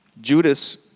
Judas